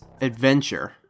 adventure